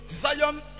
zion